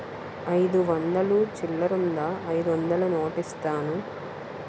అయిదు వందలు చిల్లరుందా అయిదొందలు నోటిస్తాను?